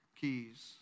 Keys